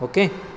okay